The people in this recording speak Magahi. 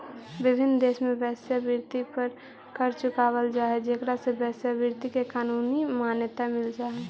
विभिन्न देश में वेश्यावृत्ति पर कर चुकावल जा हई जेकरा से वेश्यावृत्ति के कानूनी मान्यता मिल जा हई